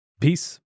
Peace